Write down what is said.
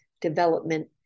Development